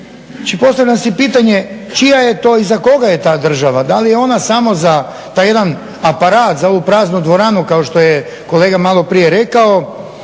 zamro. Postavlja se pitanje, čija je to i za koga je ta država? Da li je ona samo za taj jedan aparat za ovu praznu dvoranu kao što je kolega malo prije rekao?